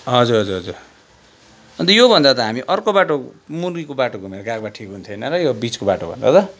हजुर हजुर हजुर अन्त योभन्दा त हामी अर्को बाटो मुनिको बाटो घुमेर गएको भए ठिक हुने थिएन र बिचको बाटोभन्दा त